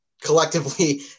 collectively